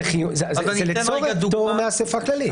זה לצורך פטור מאספה כללית.